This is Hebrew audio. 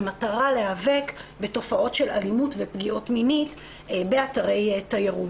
במטרה להיאבק בתופעות של אלימות ופגיעות מיניות באתרי תיירות.